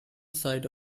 site